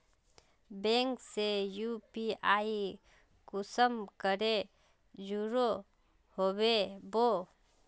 Bank से UPI कुंसम करे जुड़ो होबे बो?